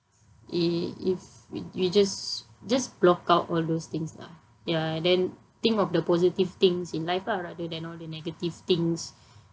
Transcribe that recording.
if w~ we just just block out all those things lah ya then think of the positive things in life lah rather than all the negative things